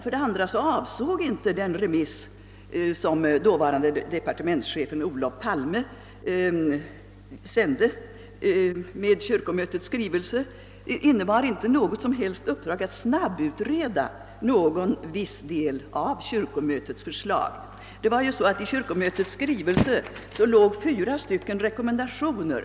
Vidare avsåg inte den remiss med vilken dåvarande departementschefen Olof Palme översände kyrkomötets skrivelse något som helst uppdrag att snabbutreda någon viss del av kyrkomötets förslag. Kyrkomötets skrivelse omfattade fyra rekommendationer.